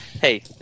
Hey